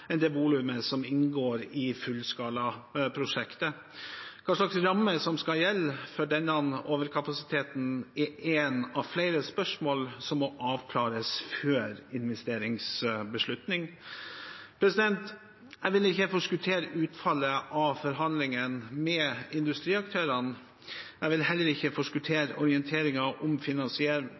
enn det volumet som inngår i fullskalaprosjektet. Hva slags rammer som skal gjelde for denne overkapasiteten, er ett av flere spørsmål som må avklares før investeringsbeslutning. Jeg vil ikke her forskuttere utfallet av forhandlingene med industriaktørene. Jeg vil heller ikke forskuttere orienteringen om